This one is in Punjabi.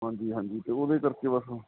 ਹਾਂਜੀ ਹਾਂਜੀ ਅਤੇ ਉਹਦੇ ਕਰਕੇ ਬਸ